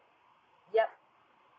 yup